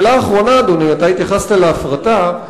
שאלה אחרונה, אדוני, אתה התייחסת להפרטה.